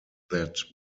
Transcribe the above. that